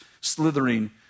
slithering